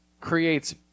creates